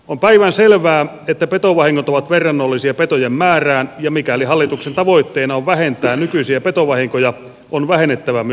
on päivänselvää että petovahingot ovat verrannollisia petojen määrään ja mikäli hallituksen tavoitteena on vähentää nykyisiä petovahinkoja on vähennettävä myös petoja